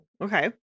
Okay